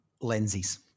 lenses